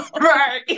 right